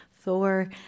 Thor